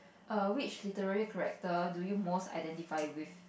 err which literary character do you most identify with